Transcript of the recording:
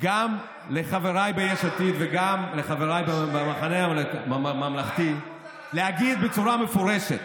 גם לחבריי ביש עתיד וגם לחבריי במחנה הממלכתי להגיד בצורה מפורשת